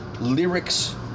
lyrics